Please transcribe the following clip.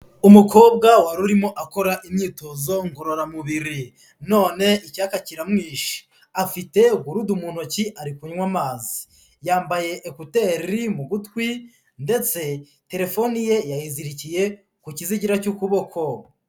Umukobwa wari urimo akora imyitozo ngororamubiri, none icyaka kiramwishe, afite gurudu mu ntoki, ari kunywa amazi, yambaye ekuteri mu gutwi ndetse terefone ye yayizirikiye ku kizigira cy'kuboko.